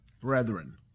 Brethren